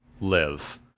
live